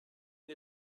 une